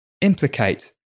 implicate